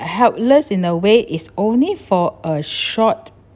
helpless in a way is only for a short